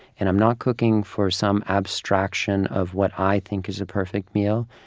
and i'm not cooking for some abstraction of what i think is a perfect meal.